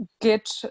get